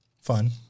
fun